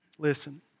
Listen